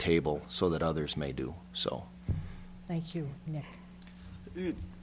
table so that others may do so thank you